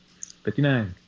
59